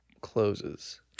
closes